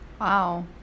wow